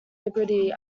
liberty